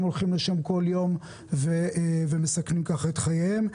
הולכים לשם כל יום ומסכנים כך את חייהם.